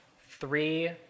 three